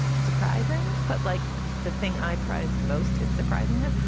surprising, but like the the thing i prize most is surprising this.